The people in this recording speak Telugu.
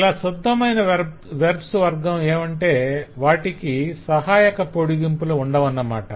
ఇలా శుద్ధమైన వెర్బ్స్ వర్గం ఏమంటే వాటికి సహాయక పొడిగింపులు ఉండవన్నమాట